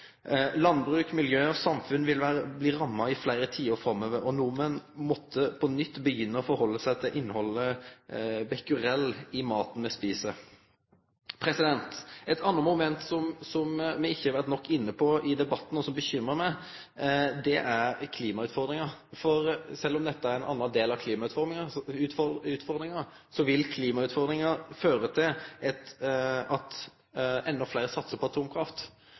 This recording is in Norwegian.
Landbruk, miljø og samfunn ville bli ramma i fleire tiår framover, og nordmenn måtte på nytt begynne å ta omsyn til innhaldet av becquerel i maten me et. Eit anna moment som me ikkje har vore nok inne på i debatten, og som bekymrar meg, er klimautfordringa. For sjølv om dette er ein annan del av klimautfordringa, vil klimautfordringa føre til at endå fleire satsar på atomkraft.